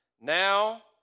now